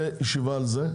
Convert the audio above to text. ישיבה על זה.